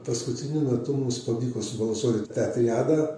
paskutiniu metu mums pavyko subalansuoti tą triadą